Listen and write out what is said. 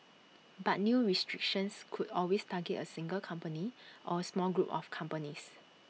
but new restrictions could always target A single company or A small group of companies